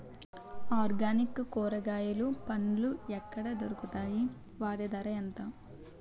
Organic కూరగాయలు పండ్లు ఎక్కడ దొరుకుతాయి? వాటి ధర ఎంత?